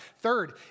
Third